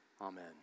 Amen